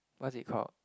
what's it called